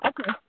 Okay